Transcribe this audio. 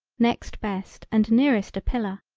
next best and nearest a pillar.